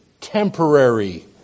temporary